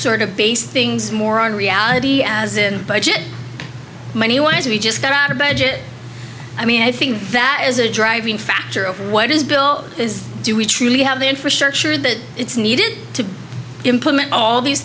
sort of base things more on reality as in budget money want to be just cut out a budget i mean i think that is a driving factor over what is bill do we truly have the infrastructure that it's needed to implement all these